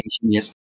Yes